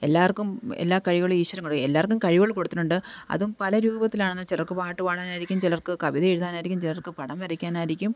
എല്ലാവർക്കും എല്ലാ കഴിവുകൾ ഈശ്വരൻ കൊടുക്കും എല്ലാവർക്കും കഴിവുകൾ കൊടുത്തിട്ടുണ്ട് അതും പലരൂപത്തിലാണ് ചിലവർക്ക് പാട്ടുപാടാനായിരിക്കും ചിലവർക്ക് കവിത എഴുതാനായിരിക്കും ചിലർക്ക് പടം വരയ്ക്കാനായിരിക്കും